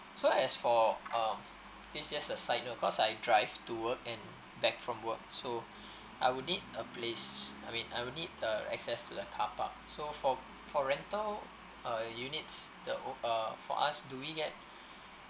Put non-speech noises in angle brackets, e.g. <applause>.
so as for um this just a side note cause I drive to work and back from work so <breath> I would need a place I mean I will need the access to the carpark so for for rental uh units the o~ uh for us do we get